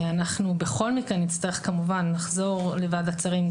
אנחנו בכל מקרה נצטרך כמובן לחזור לוועדת שרים.